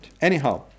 Anyhow